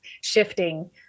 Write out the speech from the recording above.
shifting